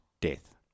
death